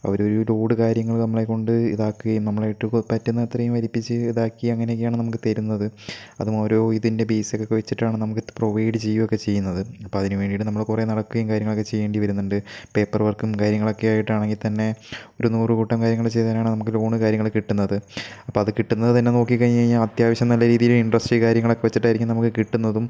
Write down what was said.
അവരൊരു ലോഡ് കാര്യങ്ങൾ നമ്മളെ കൊണ്ട് ഇതാക്കുകയും നമ്മളെ ഇട്ട് പറ്റുന്ന അത്രയും വലിപ്പിച്ച് ഇതാക്കി അങ്ങനെയൊക്കെയാണ് നമുക്ക് തരുന്നത് അതും ഓരോ ഇതിൻ്റെ ബേസ് ഒക്കെ വെച്ചിട്ടാണ് നമുക്ക് പ്രൊവൈഡ് ചെയ്യുക ഒക്കെ ചെയ്യുന്നത് അപ്പോൾ അതിനു വേണ്ടിയിട്ട് നമ്മൾ കുറേ നടക്കുകയും കാര്യങ്ങളൊക്കെ ചെയ്യേണ്ടിവരുന്നുണ്ട് പേപ്പർ വർക്കും കാര്യങ്ങളൊക്കെയായിട്ടാണെങ്കിൽ തന്നെ ഒരു നൂറ് കൂട്ടം കാര്യങ്ങൾ ചെയ്താലാണ് നമുക്ക് ലോൺ കാര്യങ്ങൾ കിട്ടുന്നത് അപ്പോൾ അത് കിട്ടുന്നത് തന്നെ നോക്കികഴിഞ്ഞു കയിഞ്ഞാൽ അത്യാവശ്യം നല്ല രീതിയിൽ ഇൻട്രസ്റ്റ് കാര്യങ്ങളൊക്കെ വെച്ചിട്ടായിരിക്കും നമുക്ക് കിട്ടുന്നതും